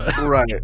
right